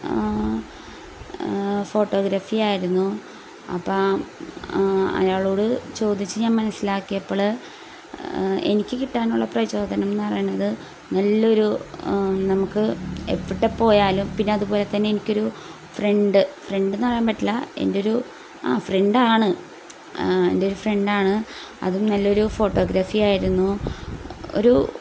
ഫോട്ടോഗ്രഫിയായിരുന്നു അപ്പോൾ ആ അയാളോട് ചോദിച്ച് ഞാൻ മനസ്സിലാക്കിയപ്പോൾ എനിക്ക് കിട്ടാനുള്ള പ്രചോദനം എന്ന് പറയണത് നല്ലൊരു നമുക്ക് എവിടെപ്പോയാലും പിന്നെ അതുപോലെത്തന്നെ എനിക്കൊരു ഫ്രണ്ട് ഫ്രണ്ടെന്നു പറയാൻ പറ്റില്ല എൻ്റെയൊരു ആ ഫ്രണ്ടാണ് എൻ്റെ ഒരു ഫ്രണ്ടാണ് അതും നല്ലൊരു ഫോട്ടോഗ്രഫിയായിരുന്നു ഒരു